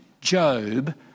Job